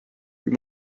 you